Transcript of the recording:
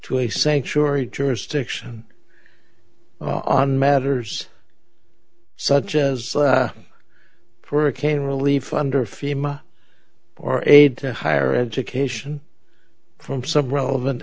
to a sanctuary jurisdiction on matters such as for a cane relief under fema or aid to higher education from some relevant